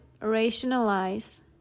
rationalize